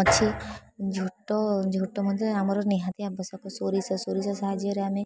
ଅଛି ଝୋଟ ଝୋଟ ମଧ୍ୟ ଆମର ନିହାତି ଆବଶ୍ୟକ ସୋରିଷ ସୋରିଷ ସାହାଯ୍ୟରେ ଆମେ